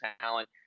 talent